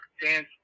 dance